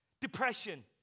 depression